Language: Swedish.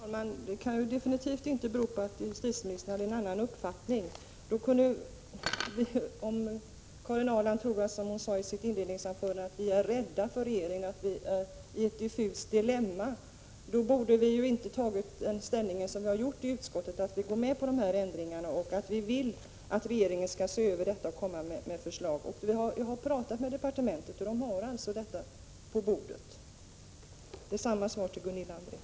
Herr talman! Det här kan absolut inte bero på att justitieministern hade en annan uppfattning. Karin Ahrland sade i sitt anförande att vi är rädda för regeringen och befinner oss i ett diffust dilemma. Då borde vi ju inte ha tagit den ställning som vi har tagit i utskottet och gått med på ändringarna, men vi vill att regeringen skall se över detta och komma med förslag. Jag har talat med departementet, och där har man detta på bordet. Samma svar har jag till Gunilla André.